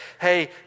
hey